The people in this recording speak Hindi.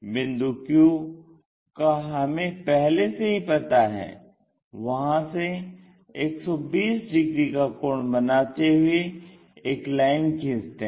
बिंदु q का हमें पहले से ही पता है वहां से 120 डिग्री का कोण बनाते हुए एक लाइन खींचते हैं